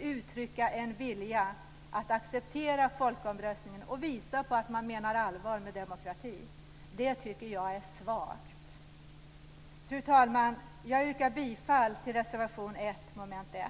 uttrycka en vilja att acceptera folkomröstningen och visa att man menar allvar med demokrati. Det är svagt. Fru talman! Jag yrkar bifall till reservation 1 under mom. 1.